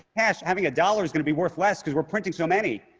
cash, having a dollar is going to be worth less because we're printing so many.